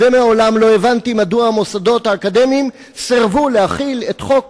ומעולם לא הבנתי מדוע המוסדות האקדמיים סירבו להחיל את חוק